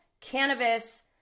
cannabis